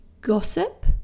gossip